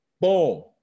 Boom